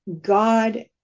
God